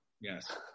yes